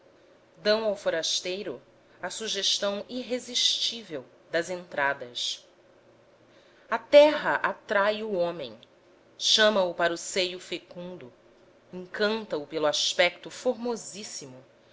ao forasteiro a sugestão irresistível das entradas a terra atrai o homem chama-o para o seio fecundo encanta o pelo aspecto